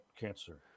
cancer